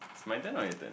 it's my turn or your turn